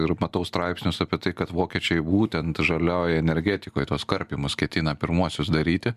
ir matau straipsnius apie tai kad vokiečiai būtent žalioj energetikoj tuos karpymus ketina pirmuosius daryti